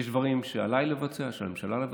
יש דברים שעליי לבצע, שעל הממשלה לבצע,